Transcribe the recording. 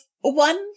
one